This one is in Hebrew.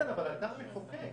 אבל, איתן, אתה המחוקק.